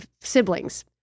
siblings